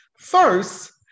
First